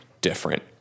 different